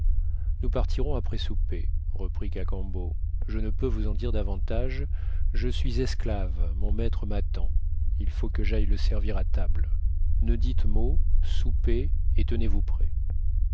nous partirons après souper reprit cacambo je ne peux vous en dire davantage je suis esclave mon maître m'attend il faut que j'aille le servir à table ne dites mot soupez et tenez-vous prêt